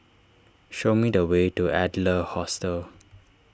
show me the way to Adler Hostel